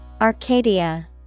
Arcadia